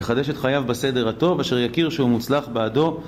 יחדש את חייו בסדר הטוב, אשר יכיר שהוא מוצלח בעדו